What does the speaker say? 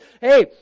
hey